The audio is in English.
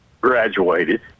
graduated